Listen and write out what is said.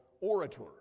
orator